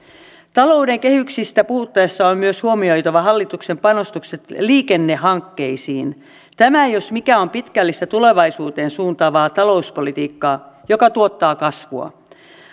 talouden kehyksistä puhuttaessa on myös huomioitava hallituksen panostukset liikennehankkeisiin tämä jos mikä on pitkällistä tulevaisuuteen suuntaavaa talouspolitiikkaa joka tuottaa kasvua